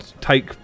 take